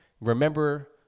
Remember